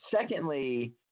Secondly